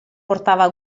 portava